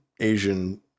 Asian